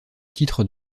titre